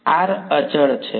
વિદ્યાર્થી r અચળ છે